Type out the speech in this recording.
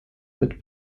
mit